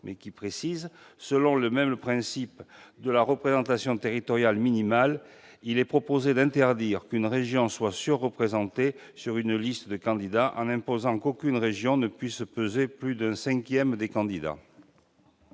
Grand. Selon le même principe de la représentation territoriale minimale, nous proposons d'interdire qu'une région soit surreprésentée sur une liste de candidats en imposant qu'aucune région ne puisse fournir plus d'un cinquième des candidats